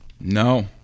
No